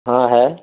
ہاں ہے